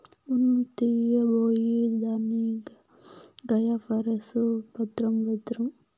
ఉన్ని తీయబోయి దాన్ని గాయపర్సేవు భద్రం భద్రం